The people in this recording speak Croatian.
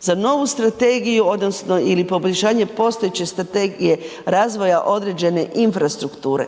za novu strategiju odnosno ili poboljšanje postojeće strategije razvoja određene infrastrukture,